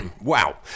Wow